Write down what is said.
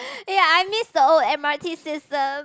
eh I miss the old M_R_T system